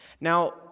Now